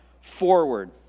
forward